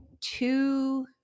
two